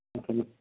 okay ma'am